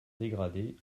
dégradé